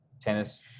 tennis